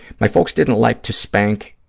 my folks didn't like to spank,